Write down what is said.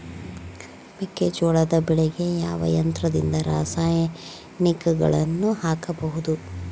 ಮೆಕ್ಕೆಜೋಳ ಬೆಳೆಗೆ ಯಾವ ಯಂತ್ರದಿಂದ ರಾಸಾಯನಿಕಗಳನ್ನು ಹಾಕಬಹುದು?